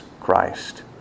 Christ